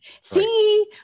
See